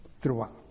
throughout